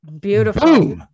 Beautiful